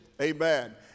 Amen